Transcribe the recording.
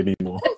anymore